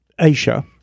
Asia